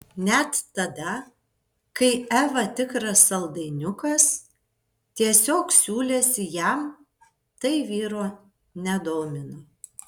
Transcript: net tada kai eva tikras saldainiukas tiesiog siūlėsi jam tai vyro nedomino